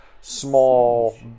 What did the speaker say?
small